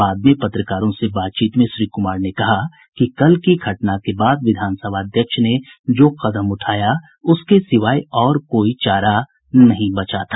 बाद में पत्रकारों से बातचीत में श्री कुमार ने कहा कि कल की घटना के बाद विधान सभाध्यक्ष ने जो कदम उठाया उसके सिवाय और कोई चारा नहीं बचा था